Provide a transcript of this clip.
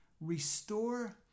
restore